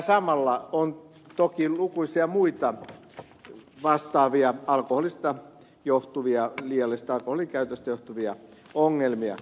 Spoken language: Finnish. samalla on toki lukuisia muita vastaavia liiallisesta alkoholinkäytöstä johtuvia ongelmia